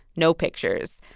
no pictures.